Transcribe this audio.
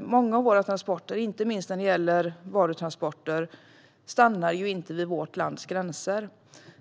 Många av våra transporter, inte minst när det gäller varutransporter, stannar ju inte vid vårt lands gränser.